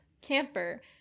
camper